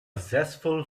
zestful